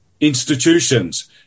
institutions